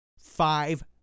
Five